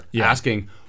asking